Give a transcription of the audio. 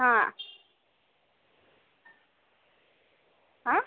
ಹಾಂ ಆಂ